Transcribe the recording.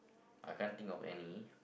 I can't think of any